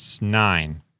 nine